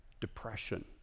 depression